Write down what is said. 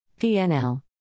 PNL